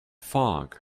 fog